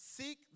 seek